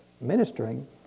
ministering